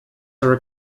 are